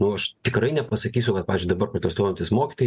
nu aš tikrai nepasakysiu va pavyzdžiui dabar protestuojantys mokytojai